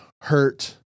hurt